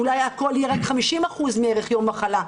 ואולי הכול יהיה רק 50% מערך יום מחלה,